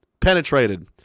penetrated